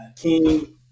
King